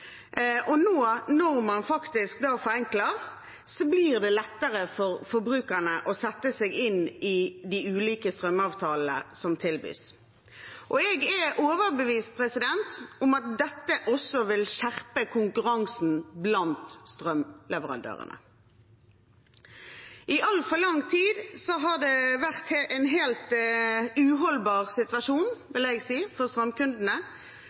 Når man nå forenkler, blir det lettere for forbrukerne å sette seg inn i de ulike strømavtalene som tilbys. Jeg er overbevist om at dette også vil skjerpe konkurransen blant strømleverandørene. I altfor lang tid har det vært det jeg vil kalle en helt uholdbar situasjon for